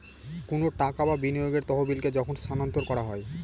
কোনো টাকা বা বিনিয়োগের তহবিলকে যখন স্থানান্তর করা হয়